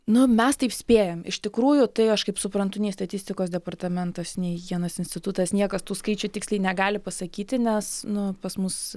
nu mes taip spėjam iš tikrųjų tai aš kaip suprantu nei statistikos departamentas nei higienos institutas niekas tų skaičių tiksliai negali pasakyti nes nu pas mus